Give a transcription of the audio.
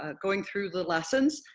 ah going through the lessons,